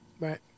Right